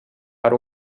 per